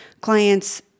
clients